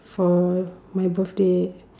for my birthday